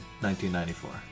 1994